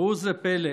ראו זה פלא,